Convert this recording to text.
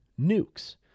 nukes